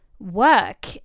work